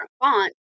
font